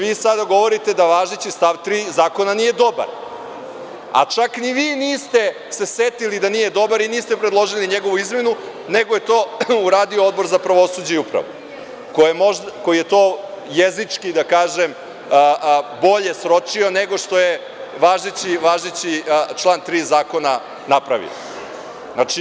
Vi sada govorite da važeći stav 3. Zakona nije dobar, a čak ni vi se niste setili da nije dobar i niste predložili njegovu izmenu, nego je to uradio Odbor za pravosuđe i upravu, koji je to jezički, da kažem, bolje sročio nego što je važeći član 3. Zakona napravio.